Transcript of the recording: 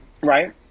Right